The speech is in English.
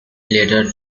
later